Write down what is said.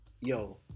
yo